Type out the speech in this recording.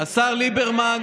השר ליברמן,